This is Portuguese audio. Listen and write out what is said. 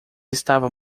estava